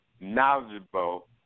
knowledgeable